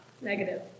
negative